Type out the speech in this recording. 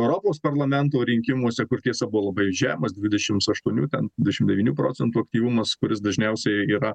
europos parlamento rinkimuose kur tiesa buvo labai žemas dvidešims aštuonių ten dvidešim devynių procentų aktyvumas kuris dažniausiai yra